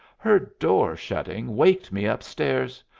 her door shutting waked me up-stairs.